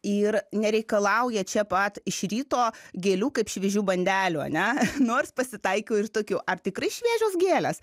ir nereikalauja čia pat iš ryto gėlių kaip šviežių bandelių ane nors pasitaiko ir tokių ar tikrai šviežios gėlės